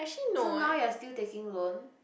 so now you are still taking loan